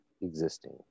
existing